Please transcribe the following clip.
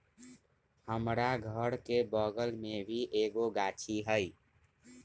हमरा घर के बगल मे भी एगो गाछी हई